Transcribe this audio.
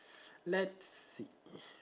let's see